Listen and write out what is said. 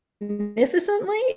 magnificently